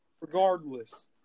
Regardless